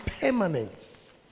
permanent